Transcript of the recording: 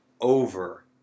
over